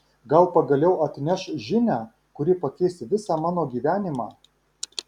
gal pagaliau atneš žinią kuri pakeis visą mano gyvenimą